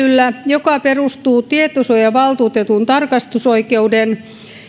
joka perustuu tietosuojavaltuutetun tarkastusoikeuden